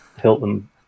Hilton